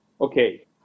Okay